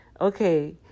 Okay